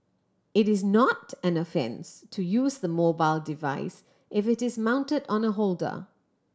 it is not an offence to use the mobile device if it is mounted on a holder